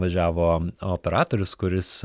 važiavo operatorius kuris